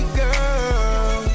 girl